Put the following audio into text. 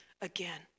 again